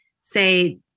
say